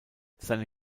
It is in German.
seine